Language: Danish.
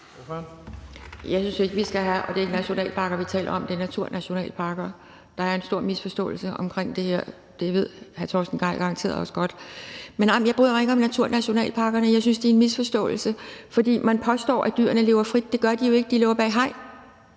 Kl. 18:31 Pia Kjærsgaard (DF): Det er ikke nationalparker, vi taler om, det er naturnationalparker. Der er en stor misforståelse omkring det her. Det ved hr. Torsten Gejl garanteret også godt. Nej, jeg bryder mig ikke om naturnationalparkerne. Jeg synes, de er en misforståelse, for man påstår, at dyrene lever frit. Det gør de jo ikke. De lever bag hegn,